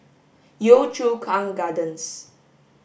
Yio Chu Kang Gardens